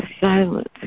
silence